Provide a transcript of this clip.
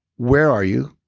where are you?